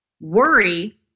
Worry